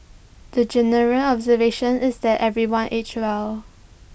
the general observation is that everyone aged well